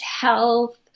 health